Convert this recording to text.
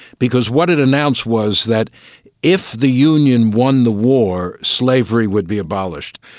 because what it announced was that if the union won the war, slavery would be abolished.